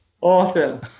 Awesome